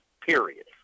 period